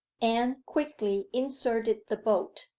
anne quickly inserted the bolt,